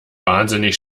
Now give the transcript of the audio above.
wahnsinnig